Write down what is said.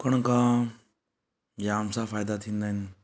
ॾुकण खां जाम सां फ़ाइदा थींदा आहिनि